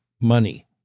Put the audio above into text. money